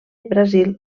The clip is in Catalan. brasil